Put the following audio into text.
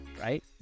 right